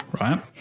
right